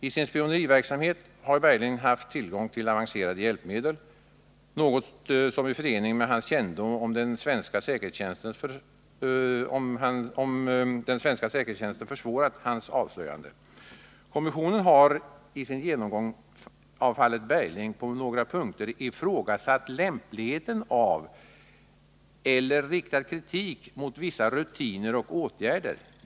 I sin spioneriverksamhet har Bergling haft tillgång till avancerade hjälpmedel, något som i förening med hans kännedom om den svenska säkerhetstjänsten försvårat hans avslöjande. Kommissionen har i sin genomgång av fallet Bergling på några punkter ifrågasatt lämpligheten av eller riktat kritik mot vissa rutiner och åtgärder.